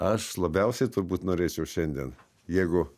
aš labiausiai turbūt norėčiau šiandien jeigu